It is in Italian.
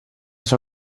sua